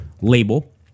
label